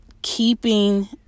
Keeping